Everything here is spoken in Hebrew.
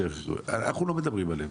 אנחנו לא מדברים עליהם.